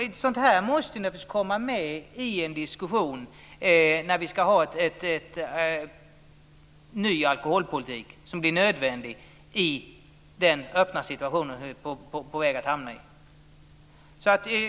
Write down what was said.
Sådana här saker måste naturligtvis tas med i en diskussion om en ny alkoholpolitik som blir nödvändig i den öppna situation som vi är på väg att hamna i.